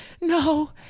no